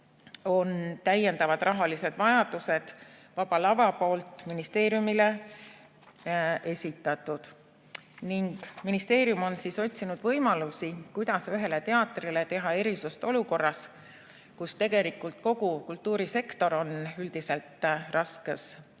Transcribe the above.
on täiendavad rahalised vajadused Vaba Lava poolt ministeeriumile esitatud ning ministeerium on otsinud võimalusi, kuidas teha ühele teatrile erisust olukorras, kus tegelikult kogu kultuurisektor on üldiselt raskes